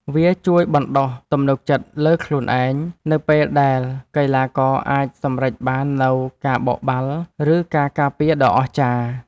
វាជួយបណ្ដុះ ទំនុកចិត្តលើខ្លួនឯង នៅពេលដែលកីឡាករអាចសម្រេចបាននូវការបោកបាល់ ឬការការពារដ៏អស្ចារ្យ។